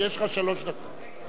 שיש לך שלוש דקות.